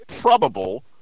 probable